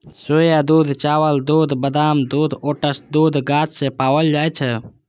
सोया दूध, चावल दूध, बादाम दूध, ओट्स दूध गाछ सं पाओल जाए छै